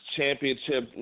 Championship